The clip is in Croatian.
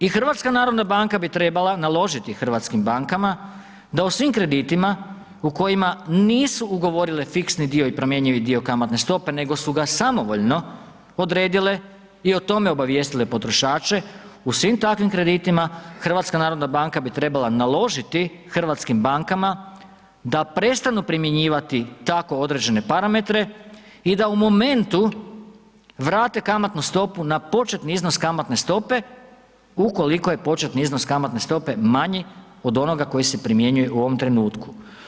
I HNB bi trebala naložiti hrvatskim bankama da u svim kreditima u kojima nisu ugovorile fiksni dio i promjenjivi dio kamatne stope nego su samovoljno odredile i o tome obavijestile potrošače, u svim takvim kreditima, HNB bi trebala naložiti hrvatskim bankama da prestanu primjenjivati tako određene parametre i da u momentu vrate kamatnu stopu na početni iznos kamatne stope ukoliko je početni iznos kamatne stope manji od onoga koji se primjenjuje u ovom trenutku.